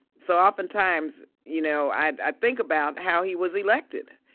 so often times, you know i i think about how he was elected.